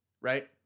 Right